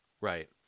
Right